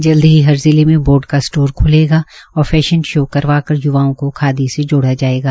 जल्द ही हर जिला में बोई का स्टोर ख्लेगा और फैशन शो करवाकर य्वाओं को खादी से जोड़ा जाएगा